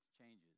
Changes